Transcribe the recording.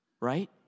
Right